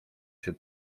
się